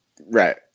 right